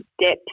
depth